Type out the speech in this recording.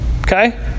okay